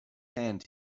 hand